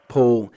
Paul